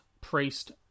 priest